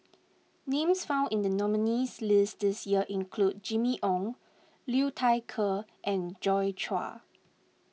names found in the nominees' list this year include Jimmy Ong Liu Thai Ker and Joi Chua